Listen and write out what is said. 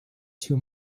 too